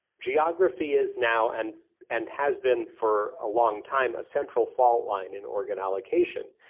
geography is now, and and has been for a long time, a central fault line in organ allocation.